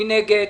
מי נגד?